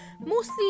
mostly